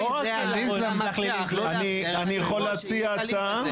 לא רק --- אני יכול להציע הצעה?